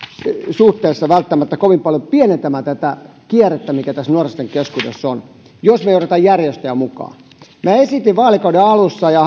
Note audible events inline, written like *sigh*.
suhteessa välttämättä kovin paljon pienentämään tätä kierrettä mikä nuorten keskuudessa on jos me emme ota järjestöjä mukaan esitin vaalikauden alussa ja *unintelligible*